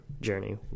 journey